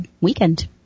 weekend